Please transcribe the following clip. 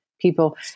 people